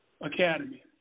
academy